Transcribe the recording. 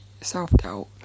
self-doubt